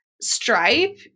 Stripe